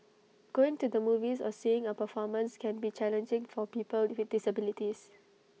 going to the movies or seeing A performance can be challenging for people with disabilities